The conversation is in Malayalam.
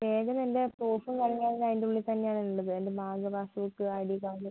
ബാഗിലെൻ്റെ പ്രൂഫും കാര്യങ്ങളും അതിൻ്റെ ഉള്ളിൽ തന്നെയാണുള്ളത് എൻ്റെ bank passbook I D card